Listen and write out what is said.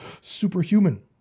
superhuman